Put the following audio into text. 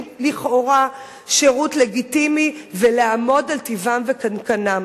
לכאורה שירות לגיטימי ולעמוד על טיבם וקנקנם.